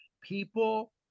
people